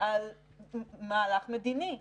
על מהלך מדיני,